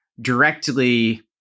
directly